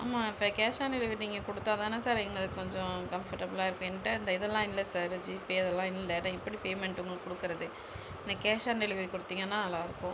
ஆமாம் இப்போ cash on delivery நீங்கள் கொடுத்தா தானே சார் எங்களுக்கு கொஞ்சம் கம்ஃபர்ட்டபுலாக இருக்கும் என்ட இந்த இதெலாம் இல்லை சார் ஜிபே அதெலாம் இல்லை நான் எப்படி பேமெண்ட் உங்களுக்கு கொடுக்குறது எனக்கு கேஷ் ஆன் டெலிவரி கொடுத்தீங்கனா நல்லா இருக்குது